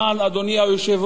אדוני היושב-ראש,